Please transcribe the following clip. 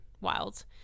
wild